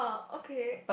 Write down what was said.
okay